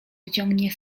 wyciągnie